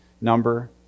number